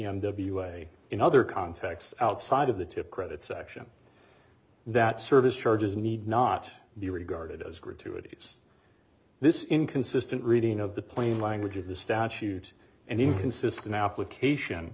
pm w a in other contexts outside of the tip credit section that service charges need not be regarded as gratuities this inconsistent reading of the plain language of the statute and inconsistent application